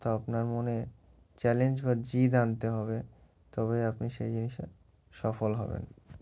তো আপনার মনে চ্যালেঞ্জ বা জিদ আনতে হবে তবে আপনি সেই জিনিসটা সফল হবেন